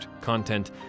content